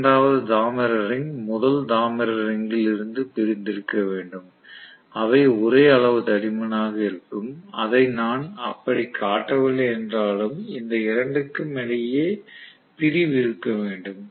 இரண்டாவது தாமிர ரிங் முதல் தாமிர ரிங்கில் இருந்து பிரிந்திருக்க வேண்டும் அவை ஒரே அளவு தடிமனாக இருக்கும் அதை நான் அப்படி காட்டவில்லை என்றாலும் இந்த இரண்டிற்கும் இடையே பிரிவு இருக்க வேண்டும்